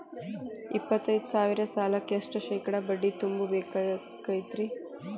ಎಪ್ಪತ್ತೈದು ಸಾವಿರ ಸಾಲಕ್ಕ ಎಷ್ಟ ಶೇಕಡಾ ಬಡ್ಡಿ ತುಂಬ ಬೇಕಾಕ್ತೈತ್ರಿ?